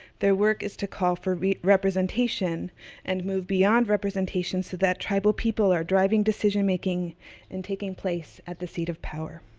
their work is to call for representation and move beyond representation so that tribal people are driving decision making and taking place at the seat of power.